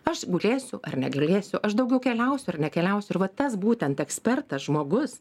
aš gulėsiu ar negalėsiu aš daugiau keliausiu ar nekeliausiu ir va tas būtent ekspertas žmogus